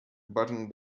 button